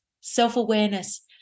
Self-awareness